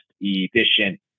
efficient